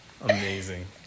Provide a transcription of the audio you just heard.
amazing